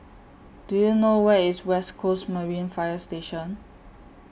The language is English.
Do YOU know Where IS West Coast Marine Fire Station